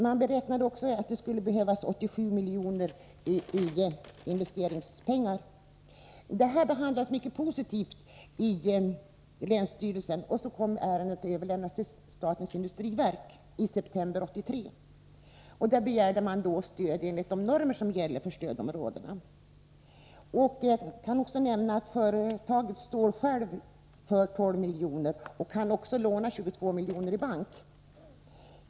Man beräknade också att det skulle behövas 87 milj.kr. till investeringar. Detta behandlades mycket positivt i länsstyrelsen. Ärendet överlämnades så till statens industriverk i september 1983. Man = Nr 100 begärde stöd enligt de normer som gäller för stödområdena. Jag kan nämna 3 E ES E FR . Fredagen den att företaget självt står för 12 milj.kr. och kan låna 22 milj.kr. i bank.